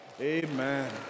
Amen